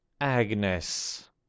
Agnes